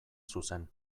zuzen